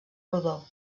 rodó